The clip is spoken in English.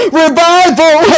revival